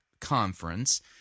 conference